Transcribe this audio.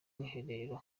mwiherero